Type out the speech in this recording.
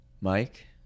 Mike